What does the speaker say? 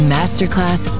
Masterclass